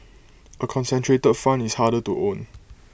A concentrated fund is harder to own